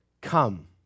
come